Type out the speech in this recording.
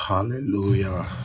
Hallelujah